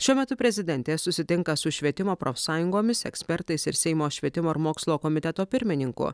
šiuo metu prezidentė susitinka su švietimo profsąjungomis ekspertais ir seimo švietimo ir mokslo komiteto pirmininku